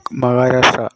Maharashtra